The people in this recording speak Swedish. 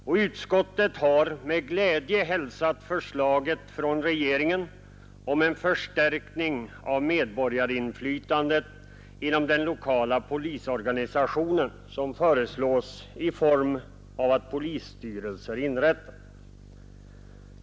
Och utskottet har med glädje hälsat förslaget från regeringen om en förstärkning av medborgarinflytandet inom den lokala polisorganisationen, som föreslås få formen av att polisstyrelser inrättas.